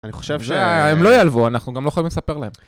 אני חושב שהם לא יעלבו, אנחנו גם לא יכולים לספר להם.